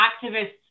activists